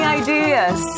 ideas